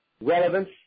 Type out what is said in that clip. relevance